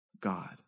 God